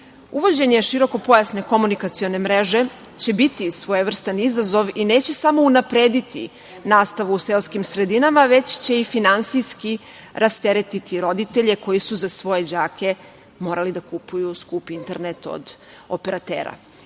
širokopojasne komunikacione mreže će biti svojevrstan izazov i neće samo unaprediti nastavu u seoskim sredinama, već će i finansijski rasteretiti roditelje koji su za svoje đake morali da kupuju skup internet od operatera.